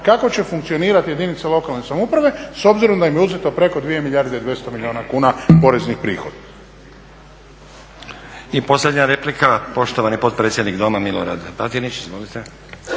kako će funkcionirati jedinice lokalne samouprave s obzirom da im je uzeto preko 2 milijarde i 200 milijuna kuna poreznih prihoda. **Stazić, Nenad (SDP)** I posljednja replika, poštovani potpredsjednik Doma Milorad Batinić. Izvolite.